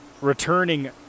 returning